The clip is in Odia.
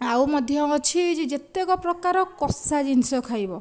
ଆଉ ମଧ୍ୟ ଅଛି ଯେ ଯେତେକ ପ୍ରକାର କଷା ଜିନିଷ ଖାଇବ